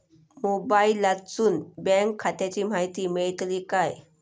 मोबाईलातसून बँक खात्याची माहिती मेळतली काय?